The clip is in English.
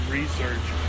research